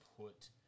put